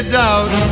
doubt